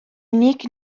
nik